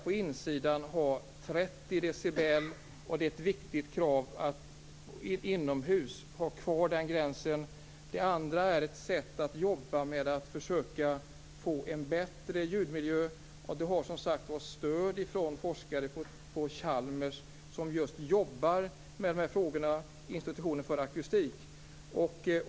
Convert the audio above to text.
På insidan skall det vara 30 dB. Det är ett viktigt krav att ha kvar den gränsen inomhus. Det andra är ett sätt att jobba med att försöka få en bättre ljudmiljö. Det har, som sagt, stöd från forskare på Chalmers, Institutionen för akustik, som just jobbar med dessa frågor.